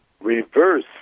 reverse